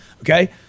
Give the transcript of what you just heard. Okay